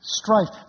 strife